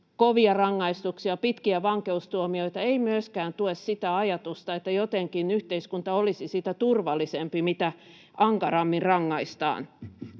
kovia rangaistuksia, pitkiä vankeustuomioita, ei myöskään tue sitä ajatusta, että jotenkin yhteiskunta olisi sitä turvallisempi, mitä ankarammin rangaistaan.